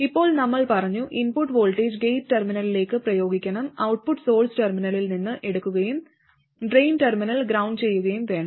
ഇപ്പോൾ നമ്മൾ പറഞ്ഞു ഇൻപുട്ട് വോൾട്ടേജ് ഗേറ്റ് ടെർമിനലിലേക്ക് പ്രയോഗിക്കണം ഔട്ട്പുട്ട് സോഴ്സ് ടെർമിനലിൽ നിന്ന് എടുക്കുകയും ഡ്രെയിൻ ടെർമിനൽ ഗ്രൌണ്ട് ചെയ്യുകയും വേണം